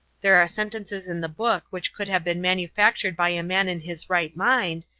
there are sentences in the book which could have been manufactured by a man in his right mind,